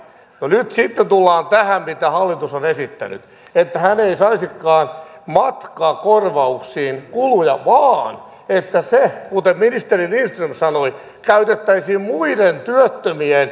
nyt sitten tullaan tähän mitä hallitus on esittänyt että hän ei saisikaan matkakorvauksia kuluihin vaan että se kuten ministeri lindström sanoi käytettäisiin muiden työttömien palkkatukeen